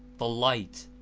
the light,